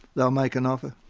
they'll make an offer.